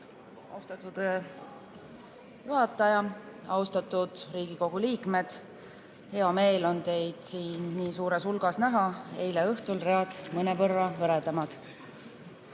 Austatud juhataja! Austatud Riigikogu liikmed! Hea meel on teid siin nii suures hulgas näha, eile õhtul olid read mõnevõrra hõredamad.